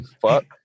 fuck